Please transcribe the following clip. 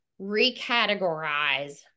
recategorize